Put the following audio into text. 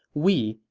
we,